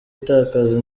itakaza